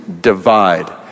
divide